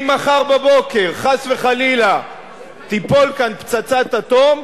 אם מחר בבוקר חס וחלילה תיפול כאן פצצת אטום,